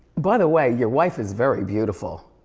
but way, your wife is very beautiful.